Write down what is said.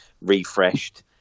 refreshed